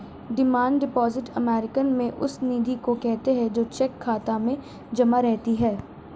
demand deposit American में उस निधि को कहते हैं जो चेक खाता में जमा रहती है